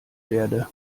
werde